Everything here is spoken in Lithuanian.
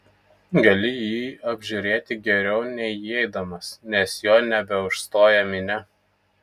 gali jį apžiūrėti geriau nei įeidamas nes jo nebeužstoja minia